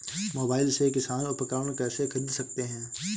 Mobile से किसान उपकरण कैसे ख़रीद सकते है?